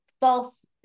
false